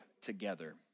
together